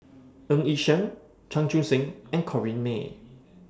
Ng Yi Sheng Chan Chun Sing and Corrinne May